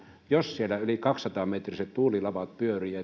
jos siellä yli kaksisataa metriset tuulilavat pyörivät